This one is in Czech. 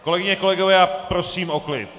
Kolegyně, kolegové, prosím o klid!